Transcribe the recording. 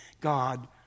God